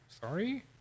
Sorry